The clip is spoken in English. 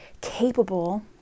capable